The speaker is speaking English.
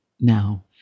now